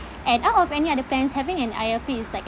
and out of any other plans having an I_L_P is like a